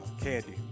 Candy